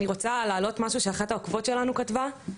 אני רוצה להעלות משהו שאחת העוקבות שלנו כתבתה.